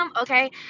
okay